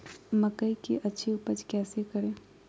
मकई की अच्छी उपज कैसे करे?